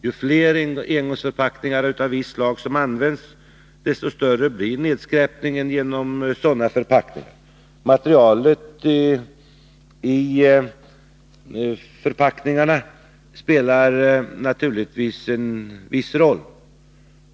Ju fler engångsförpackningar av visst slag som används, desto större blir nedskräpningen genom sådana förpackningar. Förpackningsmaterialet spelar naturligtvis en viss roll.